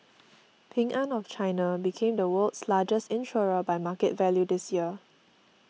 Ping An of China became the world's largest insurer by market value this year